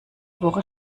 woche